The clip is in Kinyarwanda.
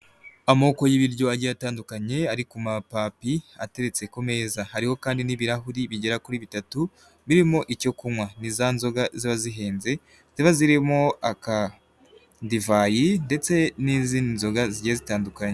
Amoko y'ibiryo agiye atandukanye ari ku mapapi ateretse ku meza hariho kandi n'ibirahuri bigera kuri bitatu birimo icyo kunywa. Ni za nzoga ziba zihenze ziba zirimo aka divayi ndetse n'izindi nzoga zigiye zitandukanye.